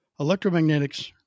electromagnetics